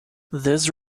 this